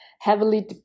heavily